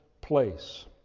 place